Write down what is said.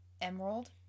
emerald